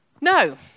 No